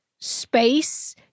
space